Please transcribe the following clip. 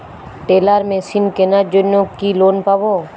Teller machine কেনার জন্য কি লোন পাব?